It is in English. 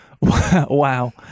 Wow